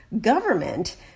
government